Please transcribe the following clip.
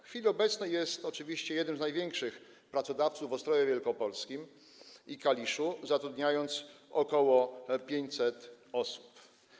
W chwili obecnej jest oczywiście jednym z największych pracodawców w Ostrowie Wielkopolskim i Kaliszu, zatrudniającym ok. 500 osób.